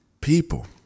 people